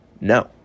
no